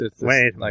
Wait